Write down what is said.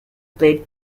played